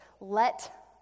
let